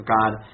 God